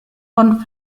von